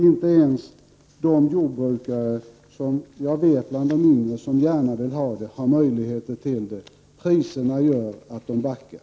Inte ens de yngre jordbrukare jag känner till som gärna vill arrendera en gård har möjlighet till detta. Arrendeavgifterna gör att de backar.